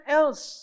else